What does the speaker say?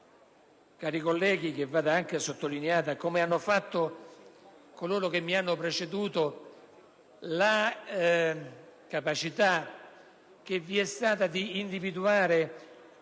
cari colleghi, che vada anche sottolineata, come hanno fatto coloro che mi hanno preceduto, la capacità che vi è stata di individuare